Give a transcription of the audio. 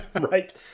Right